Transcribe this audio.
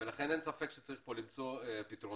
לכן אין ספק שצריך פה למצוא פתרונות.